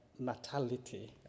natality